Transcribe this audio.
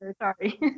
Sorry